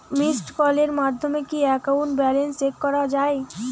Missed কলের মাধ্যমে কি একাউন্ট ব্যালেন্স চেক করা যায়?